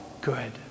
good